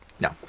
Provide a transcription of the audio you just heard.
no